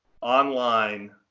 online